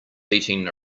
beating